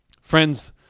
Friends